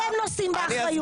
אתם נושאים באחריות.